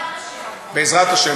בעזרת השם.